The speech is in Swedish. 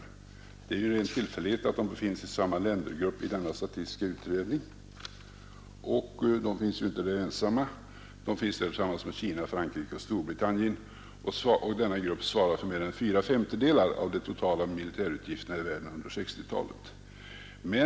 Det är en ren tillfällighet att Sovjetunionen befinner sig i samma ländergrupp i denna statistiska utredning, och Sovjetunionen är ju inte ensam där utan står tillsammans med Kina, Frankrike och Storbritannien. Hela den gruppen svarar för mer än fyra femtedelar av de totala militärutgifterna i världen under 1960-talet.